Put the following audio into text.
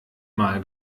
mal